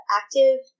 active